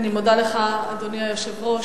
אני מודה לך, אדוני היושב-ראש.